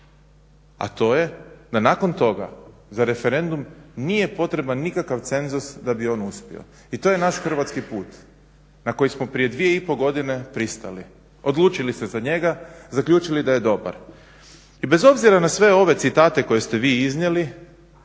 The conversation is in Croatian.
a to je da nakon toga za referendum nije potreban nikakav cenzus da bi on uspio i to je naš Hrvatski put na koji smo prije 2,5 godine pristali, odlučili se za njega, zaključili da je dobar. I bez obzira na sve ove citate koje ste vi iznijeli